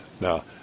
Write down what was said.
Now